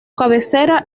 cabecera